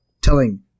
telling